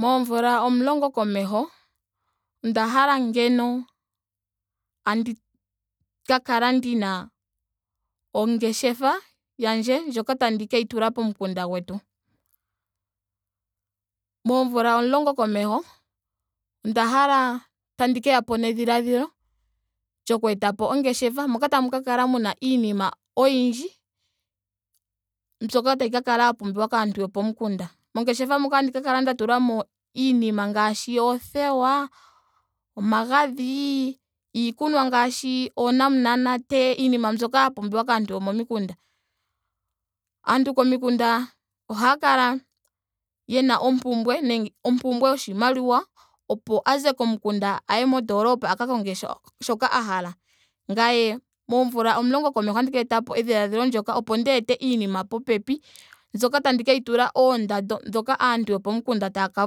Moomvula omulongo komeho onda hala ngeno andi kala ndina ongeshefa yandje ndjoka tandi keyi tula pomukunda gwetu. Moomvula omulongo komeho onda hala tandi keyapo nedhiladhilo lyoku etapo ongeshefa moka tamu ka kala muna iinima oyindji mbyoka tayi ka kala ya pumbiwa kaantu yopomukunda. Mongeshefa moka otandi ka kala nda tulamo iinima ngaashi oothewa. omagadhi. iikunwa ngaashi oonamunate. iinima mbyoka ya pumbiwa kaantu yomomikunda. Aantu komikunda ohaa kala yena ompumbwe nenge ompumbwe yoshimaliwa opo aze komukunda aye kondoolopa a ka konge sho- hoka a hala. Ngame moomvula omulongo komeho otandi ka etapo edhiladhilo ndyoka opo ndi ete iinima popepi. mbyoka tandi ka tula oondando dhoka aantu yopomukunda taaka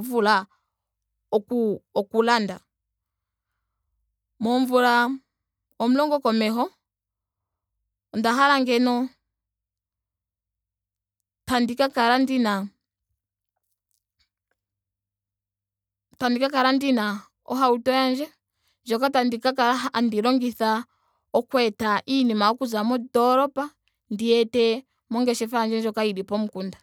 vula oku- oku landa. Moomvula omulongo komeho onda hala ngeno tandi ka kala ndina tandi ka kala ndina ohauto yandje. ndjoka tandi ka kala handi longitha okweeta iinima okuza mondoolopa ndi yi ete mongeshefa yandje ndjoka yili pomukunda.